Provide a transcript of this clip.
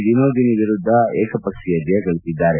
ವಿನೋಧಿನಿ ವಿರುದ್ದ ಏಕಪಕ್ಷೀಯ ಜಯ ಗಳಿಸಿದ್ದಾರೆ